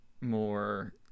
more